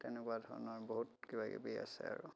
তেনেকুৱা ধৰণৰ বহুত কিবাকিবি আছে আৰু